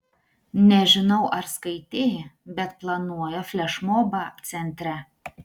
nežinau ar skaitei bet planuoja flešmobą centre